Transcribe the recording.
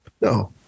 No